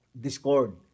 discord